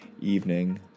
evening